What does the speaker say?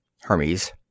Hermes